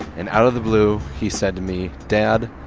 and out of the blue, he said to me, dad,